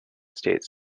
states